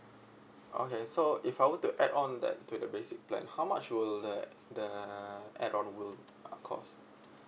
okay so if I were to add on that to the basic plan how much will that the add-on will cost